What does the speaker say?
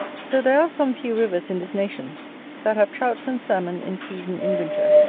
so there are some few rivers in this nation that have trouts and salmon in season in winter,